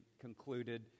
concluded